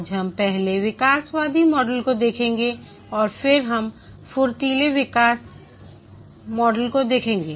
आज हम पहले विकासवादी मॉडल को देखेंगे और फिर हम फुर्तीले विकास मॉडल को देखेंगे